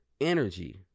energy